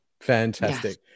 Fantastic